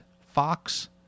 Fox